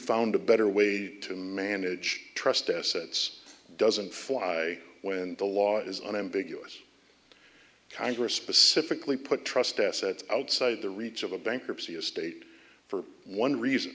found a better way to manage trust assets doesn't fly when the law is unambiguous congress specifically put trust assets outside the reach of a bankruptcy estate for one reason